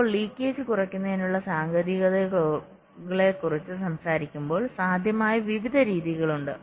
ഇപ്പോൾ ലീക്കേജ് കുറയ്ക്കുന്നതിനുള്ള സാങ്കേതികതകളെക്കുറിച്ച് സംസാരിക്കുമ്പോൾ സാധ്യമായ വിവിധ രീതികളുണ്ട്